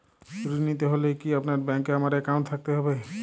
ঋণ নিতে হলে কি আপনার ব্যাংক এ আমার অ্যাকাউন্ট থাকতে হবে?